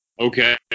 Okay